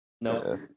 No